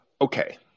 Okay